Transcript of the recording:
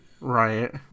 right